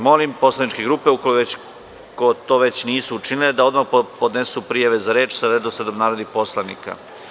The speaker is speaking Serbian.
Molim poslaničke grupe, ukoliko to već nisu učinile, da odmah podnesu prijave za reč sa redosledom narodnih poslanika.